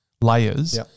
layers